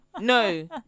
no